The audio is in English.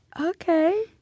okay